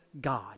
God